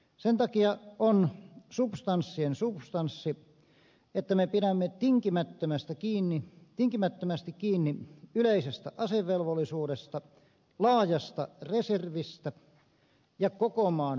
sen takia on substanssien substanssi että me pidämme tinkimättömästi kiinni yleisestä asevelvollisuudesta laajasta reservistä ja koko maan puolustuksesta